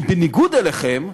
כי בניגוד לכם,